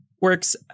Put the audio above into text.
works